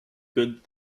good